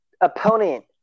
opponent